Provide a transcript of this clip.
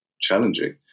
challenging